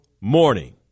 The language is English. morning